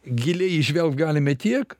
giliai įžvelgt galime tiek